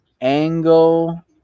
Angle